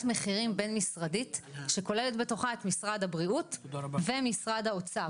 מחירים בין משרדית שכוללת בתוכה את משרד הבריאות ואת משרד האוצר